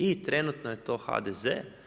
I trenutno je to HDZ.